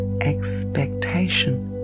expectation